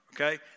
okay